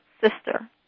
sister